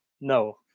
no